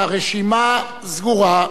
הרשימה סגורה.